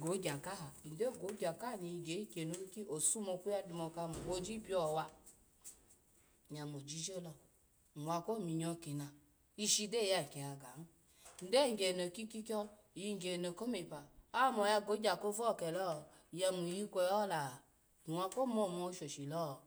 go gya kaha ny gyo gogya kaha ni hagya ikyeni owiki osumoku yadu omka moji biawa nyya mo wa kowa minyo kino ishi gyoya ny kiyagani nygyo hagya eno kikwikya nyyagya enekomepa oyamo oyago gya kovu kelo nyya mo iyi kweyi ho la iwa komo ma oshashilo.